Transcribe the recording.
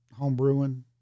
homebrewing